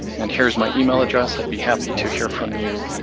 and here's my email address. i'd be happy to hear from you